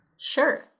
Sure